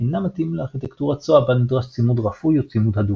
אינם מתאימים לארכיטקטורת SOA בה נדרש צימוד רפוי או צימוד הדוק.